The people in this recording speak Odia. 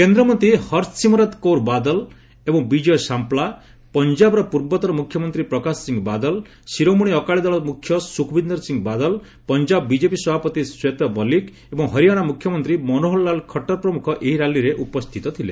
କେନ୍ଦ୍ରମନ୍ତୀ ହର୍ସିମ୍ରତ୍ କୌର୍ ବାଦଲ ଏବଂ ବିଜୟ ସାମ୍ପ୍ଲା ପଞ୍ଜାବର ପୂର୍ବତନ ମୁଖ୍ୟମନ୍ତ୍ରୀ ପ୍ରକାଶ ସିଂ ବାଦଲ ଶିରୋମଣି ଅକାଳୀ ଦଳ ମୁଖ୍ୟ ସୁଖବିନ୍ଦର୍ ସିଂ ବାଦଲ୍ ପଞ୍ଜାବ ବିକେପି ସଭାପତି ଶ୍ୱେତ୍ ମଲିକ୍ ଏବଂ ହରିଆଣା ମୁଖ୍ୟମନ୍ତ୍ରୀ ମନୋହରାଲାଲ ଖଟ୍ଟର ପ୍ରମୁଖ ଏହି ର୍ୟାଲିରେ ଉପସ୍ଥିତ ଥିଲେ